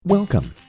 Welcome